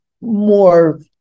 more